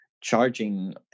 charging